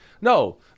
No